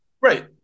Right